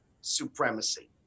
supremacy